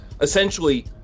essentially